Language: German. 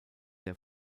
der